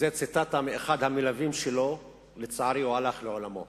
זו ציטטה מאחד המלווים שלו, שלצערי הלך לעולמו,